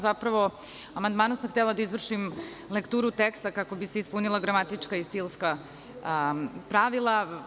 Zapravo, amandmanom sam htela da izvršim lekturu teksta kako bi se ispunila gramatička i stilska pravila.